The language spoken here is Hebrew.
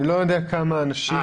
אני לא יודע כמה אנשים.